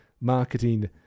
marketing